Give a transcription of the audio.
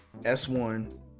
S1